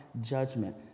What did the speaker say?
judgment